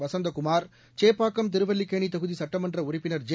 வசந்தகுமார் சேப்பாக்கம் திருவல்லிக்கேணி தொகுதி சட்டமன்ற உறுப்பினர் ஜெ